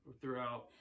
throughout